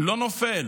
לא נופל